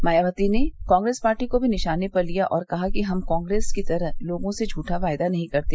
मायावती ने कांग्रेस पार्टी को भी निशाने पर लिया और कहा कि हम कांग्रेस की तरह लोगों से झुठा वायदा नहीं करते